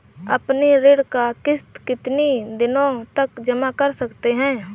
अपनी ऋण का किश्त कितनी दिनों तक जमा कर सकते हैं?